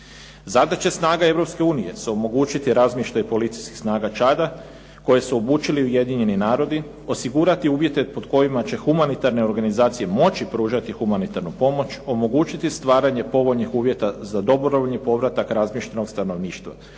Zadaće snaga Europske unije su omogućiti razmještaj policijskih snaga Čada koje su obučili Ujedinjeni narodi, osigurati uvjete pod kojima će humanitarne organizacije moći pružati humanitarnu pomoć, omogućiti stvaranje povoljnih uvjeta za dobrovoljni povratak razmještenog stanovništva,